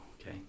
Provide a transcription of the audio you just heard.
okay